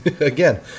Again